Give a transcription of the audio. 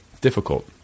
Difficult